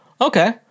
Okay